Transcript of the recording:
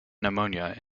pneumonia